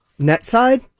NetSide